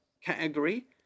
category